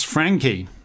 Frankie